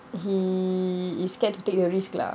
he is scared to take the risk lah